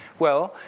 well,